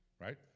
Right